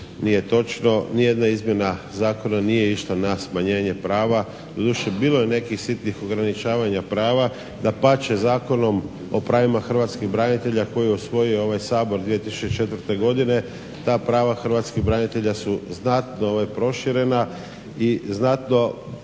nije točno. Ni jedna izmjena zakona nije išla na smanjenje prava, doduše bilo je nekih sitnih ograničavanja prava. Dapače Zakonom o pravima hrvatskih branitelja koji je usvojio ovaj Sabor 2004. godine, ta prava hrvatskih branitelja su znatno proširena i znatno